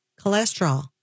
Cholesterol